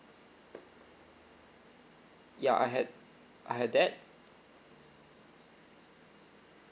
ya I had I had that